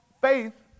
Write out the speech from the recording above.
faith